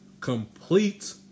Complete